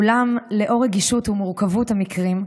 אולם לאור הרגישות והמורכבות של המקרים,